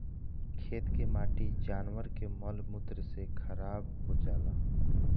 खेत के माटी जानवर के मल मूत्र से खराब हो जाला